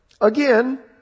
Again